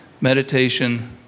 Meditation